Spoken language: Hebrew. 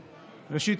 ראשית,